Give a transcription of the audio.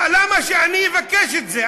למה שאני אבקש את זה?